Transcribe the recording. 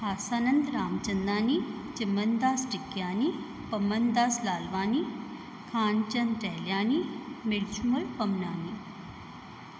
Hasanand Ramchandani Chamandas Jigyani Pamandas Lalwani Khanchand Tahliani Mirchumal Pamnani